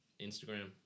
Instagram